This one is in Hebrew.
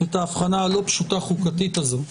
את ההבחנה הלא פשוטה חוקתית הזו?